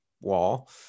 wall